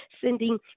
sending